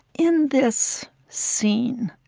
in this scene,